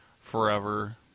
forever